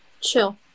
chill